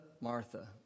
Martha